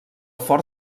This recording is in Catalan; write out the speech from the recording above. fort